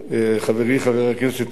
חברי חבר הכנסת מולה,